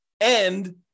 And-